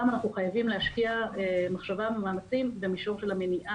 גם אנחנו חייבים להשקיע מחשבה ומאמצים במישור של המניעה,